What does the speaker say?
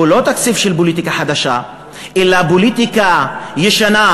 הוא לא תקציב של פוליטיקה חדשה אלא של פוליטיקה ישנה,